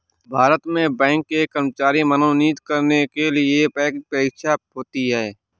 भारत में बैंक के कर्मचारी मनोनीत करने के लिए बैंक परीक्षा होती है